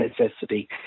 necessity